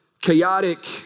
chaotic